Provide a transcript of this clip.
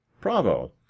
Bravo